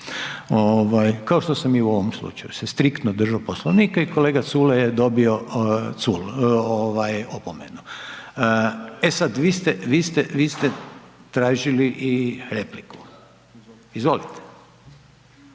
kao što sam i u ovom slučaju se striktno držao Poslovnika i kolega Culej je dobio ovaj opomenu. E sad, vi ste, vi ste tražili i repliku, izvolite.